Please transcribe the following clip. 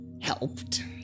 helped